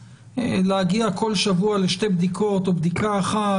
להגיע כל שבוע לשתי בדיקות או בדיקה אחת?